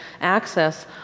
access